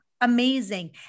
amazing